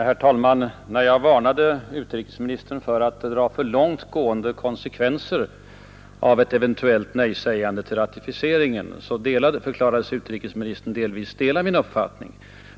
Herr talman! Sedan jag varnat utrikesministern för att dra för långt gående konsekvenser av ett eventuellt nejsägande till ratificeringen har utrikesministern nu förklarat att han delvis anslöt sig till min uppfattning.